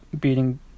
beating